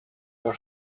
your